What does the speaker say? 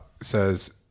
says